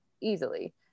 easily